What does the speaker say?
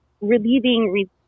relieving